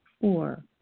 Four